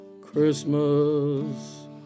Christmas